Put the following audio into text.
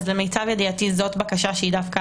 למיטב ידיעתי זאת בקשה שהיא דווקא